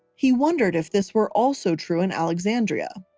he wondered if this were also true in alexandria.